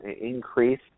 increase